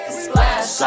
splash